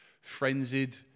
frenzied